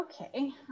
Okay